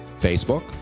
Facebook